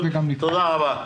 תודה רבה.